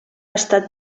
estat